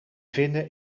vinden